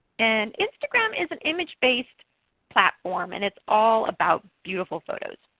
and instagram is an image based platform and it's all about beautiful photos.